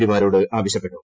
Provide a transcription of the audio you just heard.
പിമാരോട് ആവശ്യപ്പെട്ടു